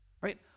Right